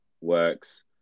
works